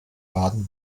baden